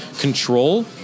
control